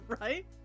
Right